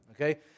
okay